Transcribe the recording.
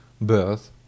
birth